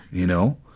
you know?